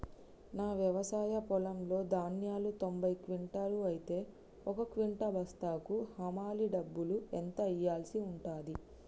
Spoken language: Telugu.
నా వ్యవసాయ పొలంలో ధాన్యాలు తొంభై క్వింటాలు అయితే ఒక క్వింటా బస్తాకు హమాలీ డబ్బులు ఎంత ఇయ్యాల్సి ఉంటది?